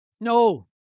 No